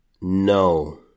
No